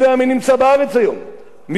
מי יודע מי הדריך אותם,